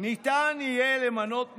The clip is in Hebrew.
ניתן יהיה למנות מחדש,